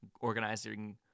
organizing